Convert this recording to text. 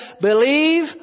Believe